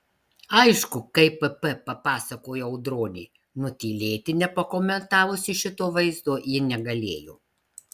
aišku kaip pp pasakojo audronė nutylėti nepakomentavusi šito vaizdo ji negalėjo